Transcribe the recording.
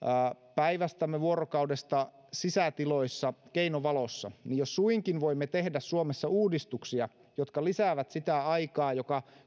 päivästämme vuorokaudesta sisätiloissa keinovalossa niin jos suinkin voimme tehdä suomessa uudistuksia jotka lisäävät sitä aikaa joka